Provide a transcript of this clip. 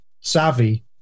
savvy